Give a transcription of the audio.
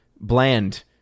bland